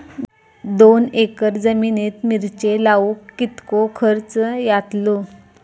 दोन एकर जमिनीत मिरचे लाऊक कितको खर्च यातलो?